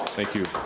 thank you.